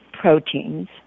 proteins